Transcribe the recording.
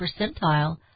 percentile